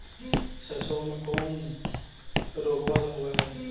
सरसोबा मे कौन रोग्बा होबय है?